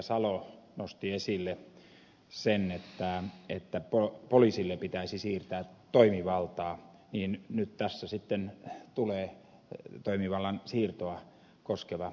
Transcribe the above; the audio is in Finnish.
salo nosti esille sen että poliisille pitäisi siirtää toimivaltaa niin nyt tässä sitten tulee toimivallan siirtoa koskeva aloite